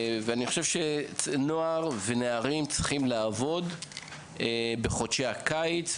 אני חושב שנוער ונערים צריכים לעבוד בחודשי הקיץ,